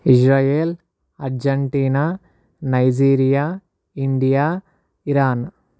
Israel Argentina Nigeria India Iran